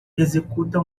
executa